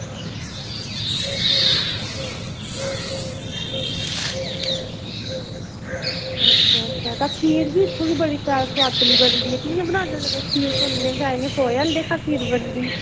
ते अच्छा अच्छा भी खीर बी इत्थें दी बड़ी सोआदली बनदी भी ते कियां बनाने होने खीर ते इंया लगदा सोऐ आह्ले लेखा खीर बनदी